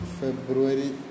February